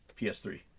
ps3